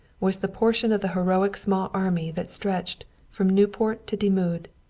was the portion of the heroic small army that stretched from nieuport to dixmude.